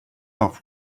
off